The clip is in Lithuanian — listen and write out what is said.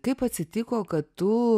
kaip atsitiko kad tu